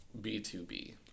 B2B